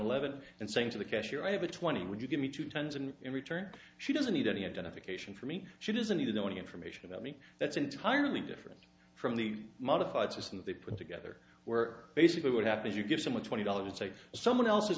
eleven and saying to the cashier i have a twenty would you give me two tens and in return she doesn't need any identification for me she doesn't need to know any information about me that's entirely different from the modified system that they put together where basically what happens you give someone twenty dollars like someone else is